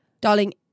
Darling